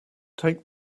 take